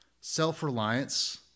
self-reliance